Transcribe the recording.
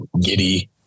giddy